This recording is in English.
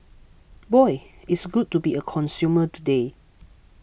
boy it's good to be a consumer today